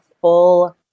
full